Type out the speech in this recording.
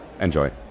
Enjoy